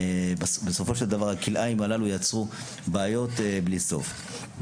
בסופו של דבר, הכלאיים הללו יצרו בעיות בלי סוף.